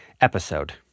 episode